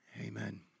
Amen